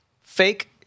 fake